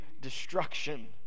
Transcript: destruction